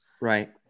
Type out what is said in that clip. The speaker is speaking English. Right